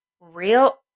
Real